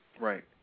Right